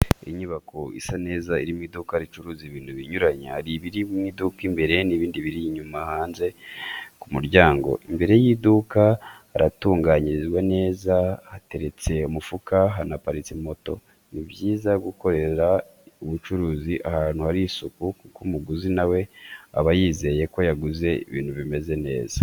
Inyubako isa neza irimo iduka ricuruza ibintu binyuranye, hari ibiri mu iduka imbere hari n'ibindi biri hanze ku muryango, imbere y'iduka haratunganyije neza, hateretse umufuka hanaparitse moto. Ni byiza gukorera ubucuruzi ahantu hari isuku kuko umuguzi nawe aba yizeye ko yaguze ibintu bimeze neza.